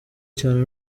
cyane